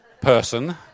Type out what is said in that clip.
person